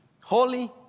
holy